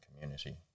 community